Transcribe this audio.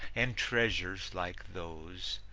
and treasures like those,